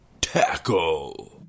Tackle